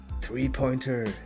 Three-pointer